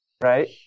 right